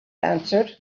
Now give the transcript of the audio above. answered